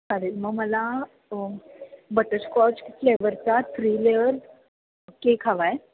चालेल मग मला बटरस्कॉच फ्लेवरचा थ्री लेअर केक हवा आहे